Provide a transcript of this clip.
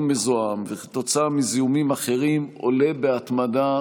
מזוהם וכתוצאה מזיהומים אחרים עולה בהתמדה,